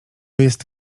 jest